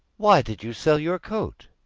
why did you sell your coat?